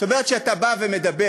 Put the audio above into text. זאת אומרת, כשאתה בא ומדבר